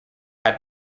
have